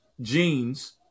genes